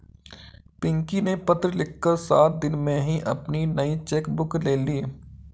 पिंकी ने पत्र लिखकर सात दिन में ही अपनी नयी चेक बुक ले ली